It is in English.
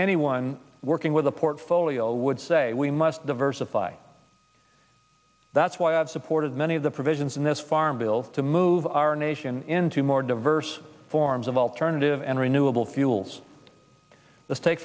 yone working with a portfolio would say we must diversify that's why i've supported many of the provisions in this farm bill to move our nation into more diverse forms of alternative and renewable fuels let's take